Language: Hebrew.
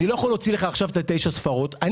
אני לא יכול להוציא לך עכשיו את תשע הספרות אבל